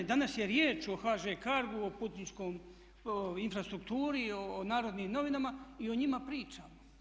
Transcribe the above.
Danas je riječ o HŽ CARGO-u, o Puničkom, Infrastrukturi, o Narodnim novinama i o njima pričamo.